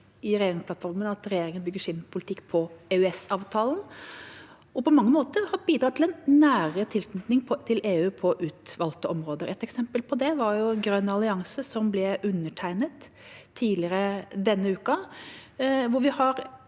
regjeringa bygger sin politikk på EØS-avtalen og på mange måter har bidratt til en nærere tilknytning til EU på utvalgte områder. Et eksempel på det var grønn allianse, som ble undertegnet tidligere denne uka,